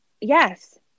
yes